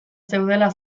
zeudela